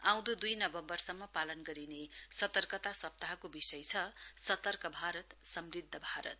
आउँदो दुई नवम्वरसम्म पालन गरिने सतर्कता सप्ताहको विषय छ सतर्क भारत समृध्द भारत